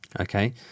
Okay